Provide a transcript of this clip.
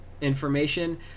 information